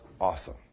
Awesome